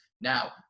Now